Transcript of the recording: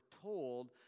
told